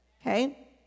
Okay